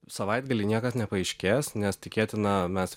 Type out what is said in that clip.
savaitgalį niekas nepaaiškės nes tikėtina mes